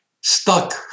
stuck